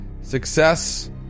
Success